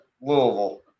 Louisville